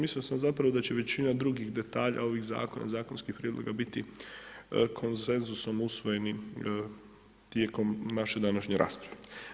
Mislio sam da će zapravo da će većina drugih detalja ovih zakona i zakonskih prijedloga biti konsenzusom usvojeni tijekom naše današnje rasprave.